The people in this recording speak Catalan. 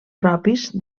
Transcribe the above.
propis